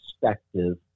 perspective